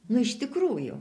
nu iš tikrųjų